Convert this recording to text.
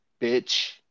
bitch